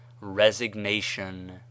resignation